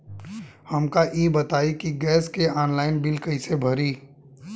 हमका ई बताई कि गैस के ऑनलाइन बिल कइसे भरी?